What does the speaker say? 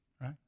right